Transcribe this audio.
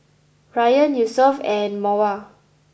Rayyan Yusuf and Mawar